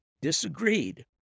disagreed